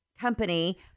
company